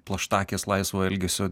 plaštakės laisvo elgesio